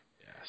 Yes